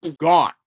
gone